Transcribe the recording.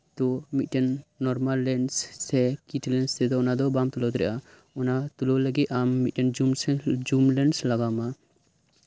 ᱛᱚ ᱢᱤᱫ ᱴᱮᱱ ᱱᱚᱨᱢᱟᱞ ᱞᱮᱱᱥ ᱥᱮ ᱠᱤᱴ ᱞᱮᱱᱥ ᱛᱮᱫᱚ ᱚᱱᱟ ᱫᱚ ᱵᱟᱢ ᱛᱩᱞᱟᱹᱣ ᱫᱟᱲᱮᱹᱭᱟᱜᱼᱟ ᱚᱱᱟ ᱛᱩᱞᱟᱹᱣ ᱞᱟᱜᱤᱫ ᱟᱢ ᱢᱤᱫ ᱴᱮᱱ ᱡᱩᱢ ᱥᱮᱱ ᱡᱩᱢ ᱞᱮᱱᱥ ᱞᱟᱜᱟᱣ ᱟᱢᱟ